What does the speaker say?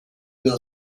will